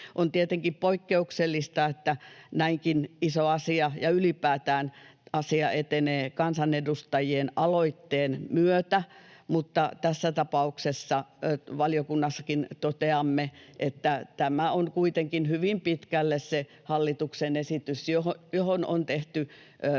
On tietenkin poikkeuksellista, että näinkin iso asia etenee — ja ylipäätään asia etenee — kansanedustajien aloitteen myötä, mutta tässä tapauksessa valiokunnassakin toteamme, että tämä on kuitenkin hyvin pitkälle se hallituksen esitys, johon on tehty kovinkin